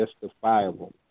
justifiable